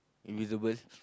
invisible